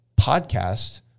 podcast